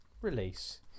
release